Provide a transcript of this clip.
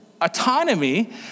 autonomy